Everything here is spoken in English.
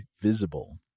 Visible